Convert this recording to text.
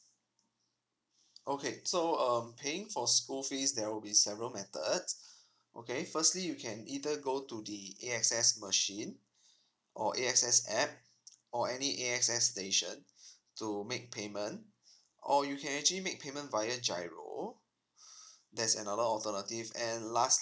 okay so um paying for school fees there will be several methods okay firstly you can either go to the a access machine or a access app or any a access station to make payment or you can actually make payment via giro there's another alternative and last